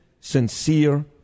sincere